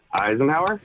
Eisenhower